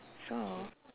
so